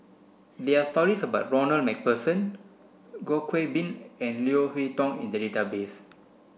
there are stories about Ronald MacPherson Goh Qiu Bin and Leo Hee Tong in the database